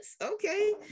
okay